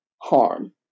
harm